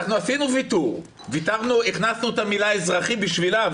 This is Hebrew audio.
עשינו ויתור והכנסנו את המילה "אזרחי" בשבילם,